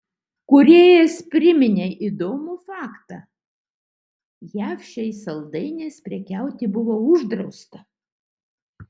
kūrėjas priminė įdomų faktą jav šiais saldainiais prekiauti buvo uždrausta